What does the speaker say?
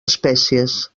espècies